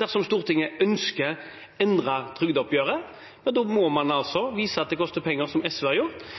Dersom Stortinget ønsker å endre trygdeoppgjøret, må man vise at det koster penger, som SV har gjort.